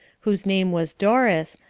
whose name was doris,